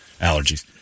allergies